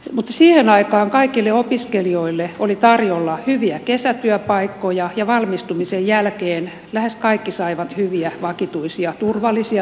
mutta siihen aikaan kaikille opiskelijoille oli tarjolla hyviä kesätyöpaikkoja ja valmistumisen jälkeen lähes kaikki saivat hyviä vakituisia turvallisia työpaikkoja